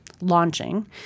launching